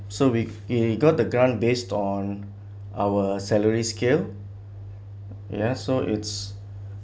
so we we got the grant based on our salary scale ya so it's